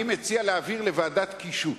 אני מציע להעביר לוועדת קישוט.